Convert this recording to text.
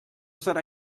serà